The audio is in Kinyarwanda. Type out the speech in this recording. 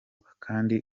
kandi